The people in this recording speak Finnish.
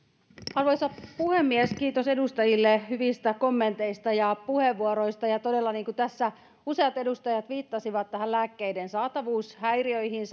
arvoisa puhemies kiitos edustajille hyvistä kommenteista ja puheenvuoroista todella niin kuin tässä useat edustajat viittasivat lääkkeiden saatavuushäiriöihin